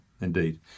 indeed